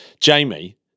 Jamie